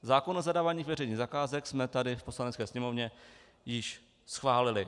Zákon o zadávání veřejných zakázek jsme tady v Poslanecké sněmovně již schválili.